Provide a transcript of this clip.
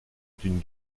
d’une